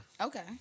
Okay